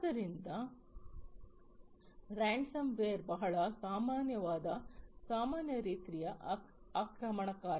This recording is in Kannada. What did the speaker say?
ಆದ್ದರಿಂದ ರೇನ್ಸಮ್ ವೇರ್ ಬಹಳ ಸಾಮಾನ್ಯವಾದ ಸಾಮಾನ್ಯ ರೀತಿಯ ಆಕ್ರಮಣಕಾರ